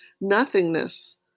nothingness